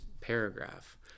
paragraph—